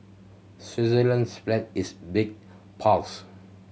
Switzerland's flag is big pose